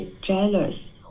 jealous